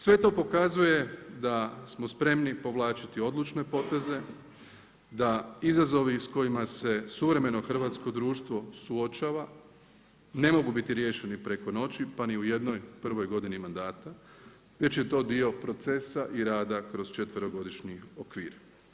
Sve to pokazuje da smo spremni povlačiti odlučne poteze, da izazovi s kojima se suvremeno društvo suočava, ne mogu biti riješeni preko noći pa ni u jednoj prvoj godini mandata već je to dio procesa i rada kroz četverogodišnji okvir.